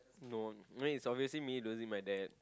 no I mean it's obviously me losing my dad